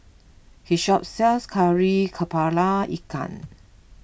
he shop sells Kari Kepala Ikan